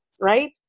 right